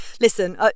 listen